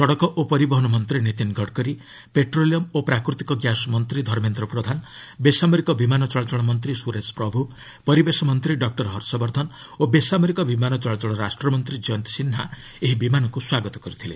ସଡ଼କ ଓ ପରିବହନ ମନ୍ତ୍ରୀ ନୀତିନ ଗଡ଼କରୀ ପେଟ୍ରୋଲିୟମ୍ ଓ ପ୍ରାକୃତିକ ଗ୍ୟାସ୍ ମନ୍ତ୍ରୀ ଧର୍ମେନ୍ଦ୍ର ପ୍ରଧାନ ବେସାମରିକ ବିମାନ ଚଳାଚଳ ମନ୍ତ୍ରୀ ସୁରେଶ ପ୍ରଭୁ ପରିବେଶ ମନ୍ତ୍ରୀ ଡକ୍ର ହର୍ଷବର୍ଦ୍ଧନ ଓ ବେସାମରିକ ବିମାନ ଚଳାଚଳ ରାଷ୍ଟ୍ରମନ୍ତ୍ରୀ ଜୟନ୍ତ ସିହ୍ନା ଏହି ବିମାନକୁ ସ୍ୱାଗତ କରିଥିଲେ